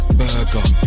burger